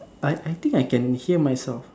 I I think I can hear myself